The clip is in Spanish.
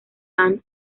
ann